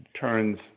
turns